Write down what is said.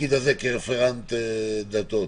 בתפקיד של רפרנט דתות